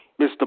Mr